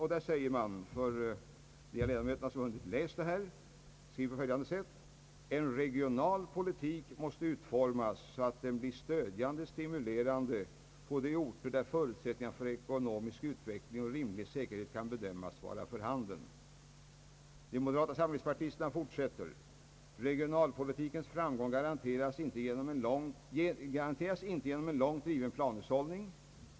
För de ledamöter som inte har hunnit läsa yttrandet citerar jag följande: »En regionalpolitik måste utformas så att den blir stödjande och stimulerande på de orter där förutsättningar för ekonomisk utveckling med rimlig säkerhet kan bedömas vara för handen.» De fortsätter längre fram: »Regionalpolitikens framgång garanteras inte genom en långt driven planhushållning.